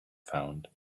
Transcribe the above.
found